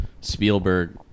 Spielberg